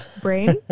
Brain